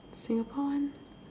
Singapore one